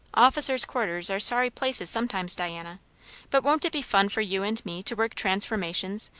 officers' quarters are sorry places sometimes, diana but won't it be fun for you and me to work transformations,